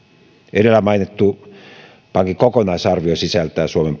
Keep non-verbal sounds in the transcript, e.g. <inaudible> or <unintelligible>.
edellä mainittu pankin kokonaisarvio sisältää suomen <unintelligible>